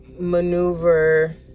maneuver